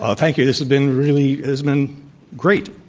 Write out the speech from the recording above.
ah thank you. this has been really has been great.